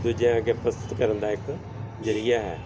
ਦੂਜਿਆਂ ਅੱਗੇ ਪ੍ਰਸਤੁਤ ਕਰਨ ਦਾ ਇੱਕ ਜ਼ਰੀਆ ਹੈ